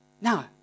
Now